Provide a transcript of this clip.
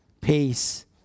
peace